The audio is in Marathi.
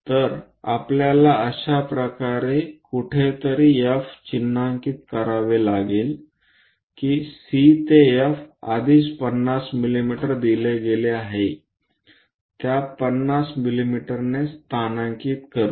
तर आपल्याला अशा प्रकारे कुठेतरी F चिन्हांकित करावे लागेल की C ते F आधीच 50 मिमी दिले गेले आहेत त्या 50 मिमीने ते स्थानांकित करू